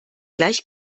gleich